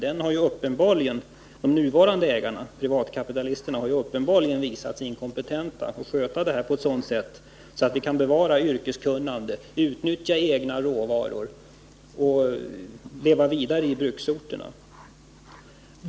De nuvarande ägarna — privatkapitalisterna — har uppenbarligen visat sig inkompetenta att sköta den här saken på ett sådant sätt att vi kan bevara yrkeskunnandet, utnyttja egna råvaror och leva vidare i bruksorterna.